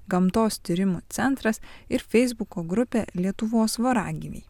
gamtos tyrimų centras ir feisbuko grupė lietuvos voragyviai